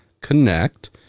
connect